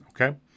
Okay